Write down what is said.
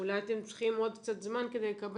אולי אתם צריכים עוד קצת זמן כדי לקבל